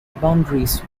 boundaries